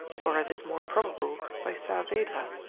or as is more probable by saavedra,